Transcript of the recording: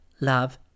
love